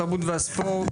התרבות והספורט,